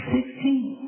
Sixteen